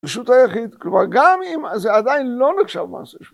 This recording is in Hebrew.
פשוט היחיד, כלומר גם אם זה עדיין לא נחשב מעשה שלו.